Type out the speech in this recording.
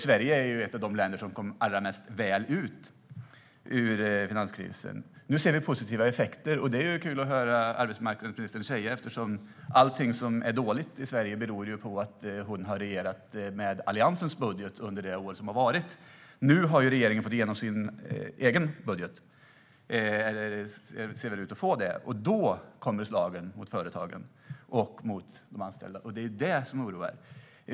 Sverige är ju ett av de länder som kom allra mest väl ut ur finanskrisen, och nu ser vi positiva effekter. Det är kul att höra arbetsmarknadsministern säga det, eftersom allting som är dåligt i Sverige beror på att hon har regerat med Alliansens budget under det år som har varit. Nu ser regeringen ut att få igenom sin egen budget, och då kommer slagen mot företagen och de anställda. Det är det som oroar.